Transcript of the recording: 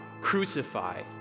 Crucify